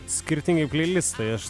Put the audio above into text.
skirtingi pleilistai aš